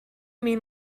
mean